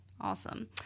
awesome